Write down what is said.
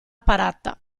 parata